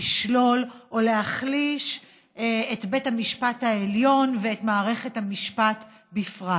לשלול או להחליש את בית המשפט העליון ואת מערכת המשפט בכלל.